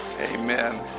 Amen